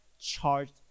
charged